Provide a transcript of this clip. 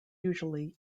usually